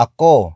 Ako